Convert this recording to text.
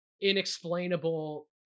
Inexplainable